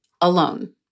alone